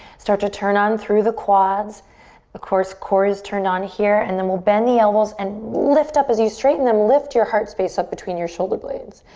start to turn on through the quads of course, core is turned on here and then we'll bend the elbows and lift up. as you straighten them, lift your heart space up between your shoulder blades.